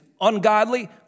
ungodly